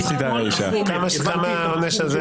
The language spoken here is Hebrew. כמה העונש הזה?